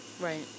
Right